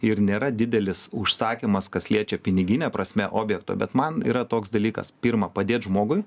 ir nėra didelis užsakymas kas liečia pinigine prasme objekto bet man yra toks dalykas pirma padėt žmogui